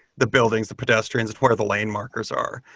the buildings, the pedestrians. where the lane markers are?